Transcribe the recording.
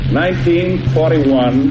1941